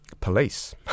Police